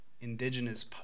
indigenous